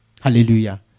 Hallelujah